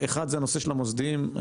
אחד, הנושא של המוסדיים.